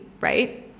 Right